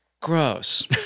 gross